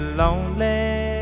lonely